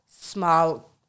small